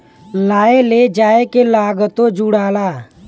लाए ले जाए के लागतो जुड़ाला